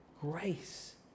grace